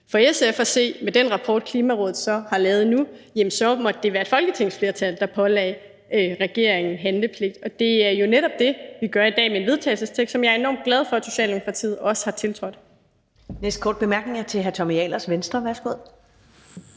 for SF at se – med den rapport, som Klimarådet så har lavet nu – være et folketingsflertal, der pålagde regeringen handlepligt, og det er jo netop det, vi gør i dag med en vedtagelsestekst, som jeg er enormt glad for at Socialdemokratiet også har tiltrådt. Kl. 13:38 Første næstformand